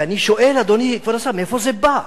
ואני שואל, אדוני כבוד השר, מאיפה זה בא?